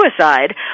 suicide